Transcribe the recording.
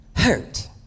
hurt